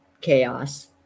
chaos